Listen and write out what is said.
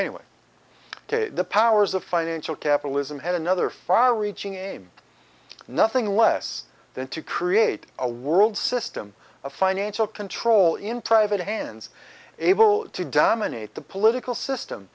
anyway the powers of financial capitalism had another far reaching aim nothing less than to create a world system of financial control in private hands able to dominate the political system